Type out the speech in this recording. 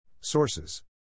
sources